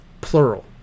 plural